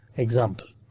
example.